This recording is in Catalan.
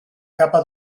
capa